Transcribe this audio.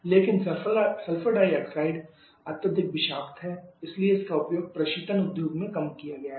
लेकिन sulphur dioxide अत्यधिक विषाक्त है इसलिए इसका उपयोग प्रशीतन उद्योग में बहुत कम किया गया है